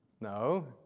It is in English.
No